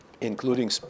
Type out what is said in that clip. including